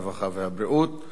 הרווחה והבריאות.